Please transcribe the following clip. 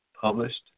published